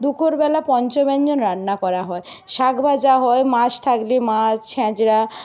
দুপুর বেলা পঞ্চব্যাঞ্জন রান্না করা হয় শাক ভাজা হয় মাছ থাকলে মাছ ছেচরা